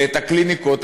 את הקליניקות,